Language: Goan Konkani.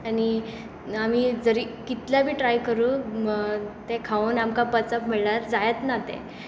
आनी आमी जरी कितलें बी ट्राय करूं तें खावन आमकां पचप म्हणल्यार जायत ना तें